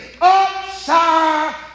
upside